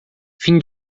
fim